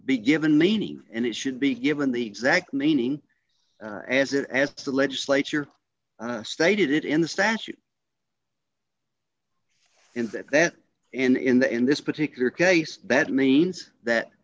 be given meaning and it should be given the exact meaning as it as the legislature stated it in the statute in that that in the in this particular case that means that